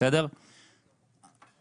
אני